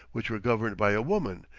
which were governed by a woman,